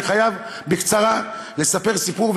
אני חייב בקצרה לספר סיפור,